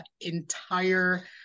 entire